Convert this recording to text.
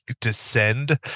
descend